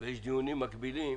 וכשיש דיונים מקבילים,